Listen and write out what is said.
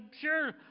sure